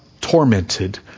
tormented